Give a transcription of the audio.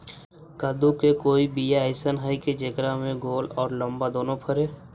कददु के कोइ बियाह अइसन है कि जेकरा में गोल औ लमबा दोनो फरे?